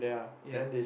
ya